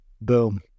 Boom